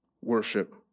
worship